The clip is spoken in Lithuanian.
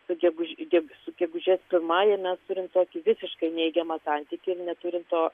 su geguž su gegužės pirmąja mes turim visiškai neigiamą santykį neturim to